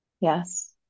Yes